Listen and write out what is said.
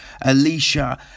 Alicia